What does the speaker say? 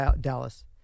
Dallas